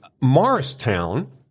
Morristown